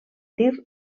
tir